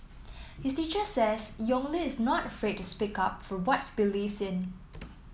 his teacher says Yong Li is not afraid to speak up for what he believes in